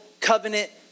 covenant